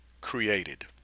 created